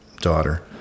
daughter